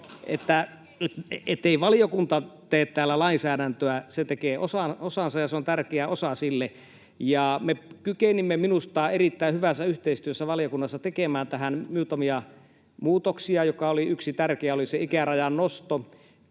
Ei valiokunta tee täällä lainsäädäntöä. Se tekee osansa, ja se on tärkeä osa sille. Me kykenimme minusta erittäin hyvässä yhteistyössä valiokunnassa tekemään tähän muutamia muutoksia, joista yksi tärkeä oli se ikärajan nosto